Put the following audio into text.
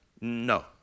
No